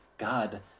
God